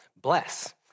BLESS